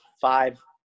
five